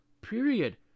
period